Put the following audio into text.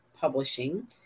Publishing